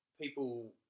people